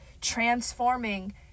transforming